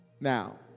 Now